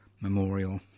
Memorial